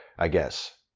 i guess.